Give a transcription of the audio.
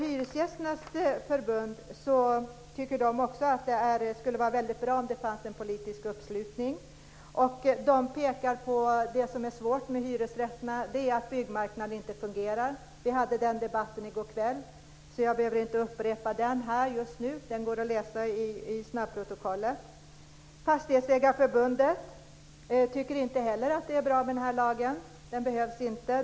Hyresgästernas riksförbund tycker också att det skulle vara väldigt bra om det fanns en politisk uppslutning. De pekar på det som är svårt med hyresrätterna, och det är att byggmarknaden inte fungerar. Vi hade den debatten i går kväll, så jag behöver inte upprepa den i dag, den går att läsa i snabbprotokollet. Fastighetsägarförbundet tycker inte heller att det är bra med den här lagen. Den behövs inte.